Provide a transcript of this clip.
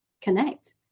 connect